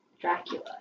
Dracula